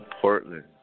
Portland